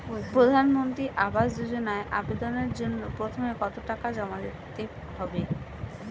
প্রধানমন্ত্রী আবাস যোজনায় আবেদনের জন্য প্রথমে কত টাকা জমা দিতে হবে?